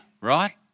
right